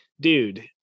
dude